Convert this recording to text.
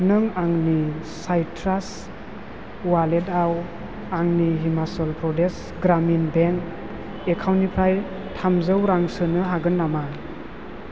नों आंनि साइट्रास अवालेटाव आंनि हिमाचल प्रदेश ग्रामिन बेंक एकाउन्टनिफ्राय थामजौ रां सोनो हागोन नामा